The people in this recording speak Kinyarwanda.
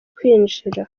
kwinjira